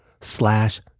slash